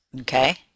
okay